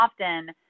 often